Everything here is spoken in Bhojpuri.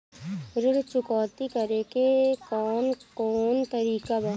ऋण चुकौती करेके कौन कोन तरीका बा?